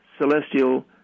celestial